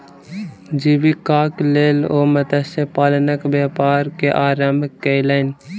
जीवीकाक लेल ओ मत्स्य पालनक व्यापार के आरम्भ केलैन